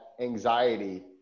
anxiety